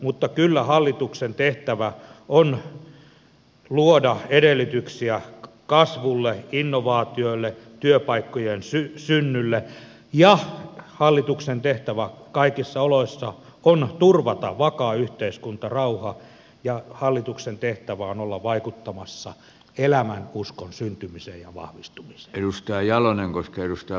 mutta kyllä hallituksen tehtävä on luoda edellytyksiä kasvulle innovaatioille työpaikkojen synnylle ja hallituksen tehtävä kaikissa oloissa on turvata vakaa yhteiskuntarauha ja hallituksen tehtävä on olla vaikuttamassa elämänuskon syntymiseen ja vahvistumiseen